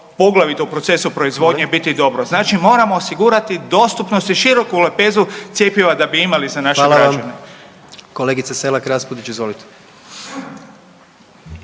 poglavito u procesu proizvodnje biti dobro, znači moramo osigurati dostupnost i široku lepezu cjepiva da bi imali za naše građane. **Jandroković, Gordan (HDZ)** Hvala vam. Kolegica SElak Raspudić, izvolite.